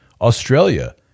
Australia